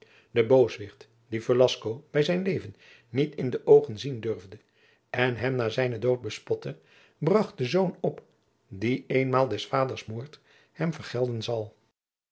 de booswicht die velasco bij zijn leven niet in de oogen zien durfde en hem na zijnen dood bespotte bracht den zoon op die eenmaal des vaders moord hem vergelden zal